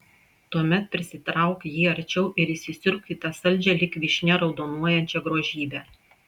tuomet prisitrauk jį arčiau ir įsisiurbk į tą saldžią lyg vyšnia raudonuojančią grožybę